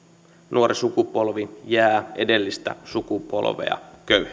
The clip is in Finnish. nuori sukupolvi jää edellistä sukupolvea köyhemmäksi